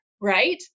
right